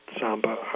samba